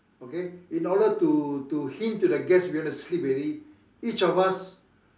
okay in order to to hint to the guest we want to sleep already each of us